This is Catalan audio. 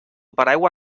paraigua